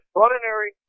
ordinary